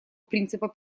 принципа